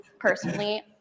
Personally